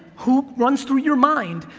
who runs through your mind,